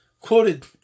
quoted